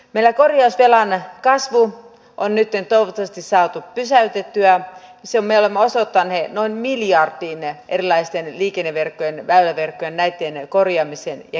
meillä korjausvelan kasvu on nytten toivottavasti saatu pysäytettyä sillä me olemme osoittaneet noin miljardin erilaisten liikenneverkkojen väyläverkkojen korjaamiseen ja kehittämiseen